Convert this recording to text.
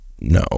no